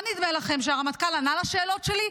מה נדמה לכם, שהרמטכ"ל ענה על השאלות שלי?